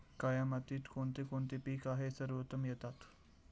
काया मातीत कोणते कोणते पीक आहे सर्वोत्तम येतात?